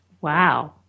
Wow